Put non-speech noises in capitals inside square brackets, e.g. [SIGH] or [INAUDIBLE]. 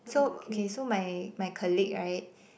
so [NOISE] okay so my my colleague [right]